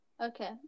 Okay